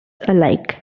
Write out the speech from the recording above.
alike